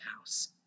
house